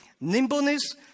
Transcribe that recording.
nimbleness